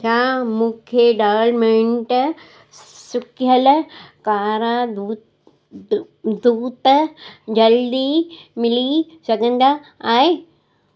छा मूंखे डोलमेंट सुखियल कारा दूत तूत जल्दी मिली सघंदा आहिनि